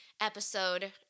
episode